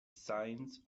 signs